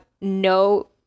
no